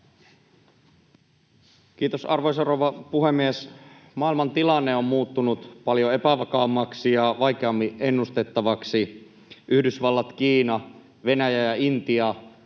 Kiitos, arvoisa rouva puhemies! Maailman tilanne on muuttunut paljon epävakaammaksi ja vaikeammin ennustettavaksi. Yhdysvallat, Kiina, Venäjä ja Intia